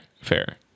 fair